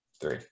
three